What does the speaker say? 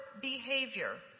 behavior